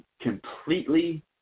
completely